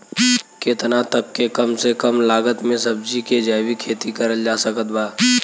केतना तक के कम से कम लागत मे सब्जी के जैविक खेती करल जा सकत बा?